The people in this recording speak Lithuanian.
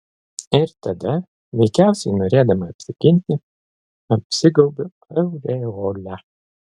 ir tada veikiausiai norėdama apsiginti apsigaubiu aureole